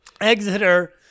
Exeter